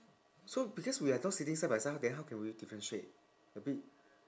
so because we are not sitting side by side then how can we differentiate a bit